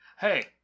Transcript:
Hey